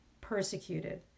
persecuted